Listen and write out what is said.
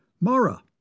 Mara